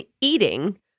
eating